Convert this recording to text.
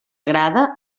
agrada